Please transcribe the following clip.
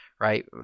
right